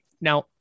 now